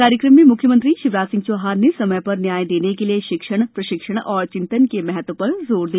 कार्यक्रम में मुख्यमंत्री शिवराज सिंह चौहान ने समय पर न्याय देने के लिए शिक्षणप्रशिक्षण और चिंतन के महत्व पर जोर दिया